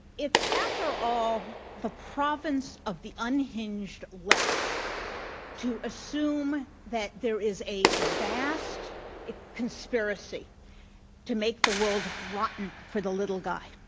it's after all the province of the unhinged left to assume that there is a vast conspiracy to make the world rotten for the little guy.